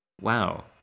wow